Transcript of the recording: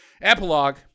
Epilogue